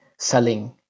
selling